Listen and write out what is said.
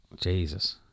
Jesus